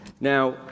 Now